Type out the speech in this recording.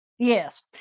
Yes